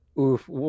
oof